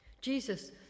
Jesus